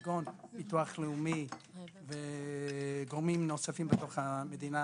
כגון: ביטוח לאומי וגורמים נוספים במדינה,